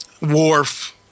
wharf